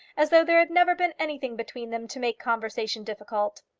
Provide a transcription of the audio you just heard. as though there had never been anything between them to make conversation difficult.